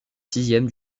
sixième